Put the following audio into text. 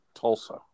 Tulsa